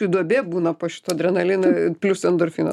duobė būna po šito adrenalino plius endorfinas